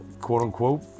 quote-unquote